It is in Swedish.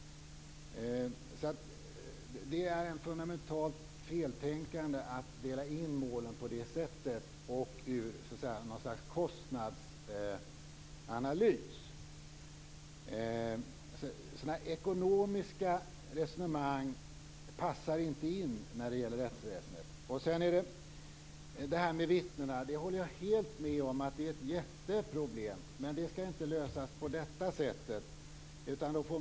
Det är ett fundamentalt feltänkande att dela in mål på det sättet. Man gör något slags kostnadsanalys. Sådana ekonomiska resonemang passar inte in i rättsväsendet. Jag håller med om att det är ett stort problem med vittnen som inte vågar komma. Men det skall inte lösas på detta sätt.